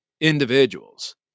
individuals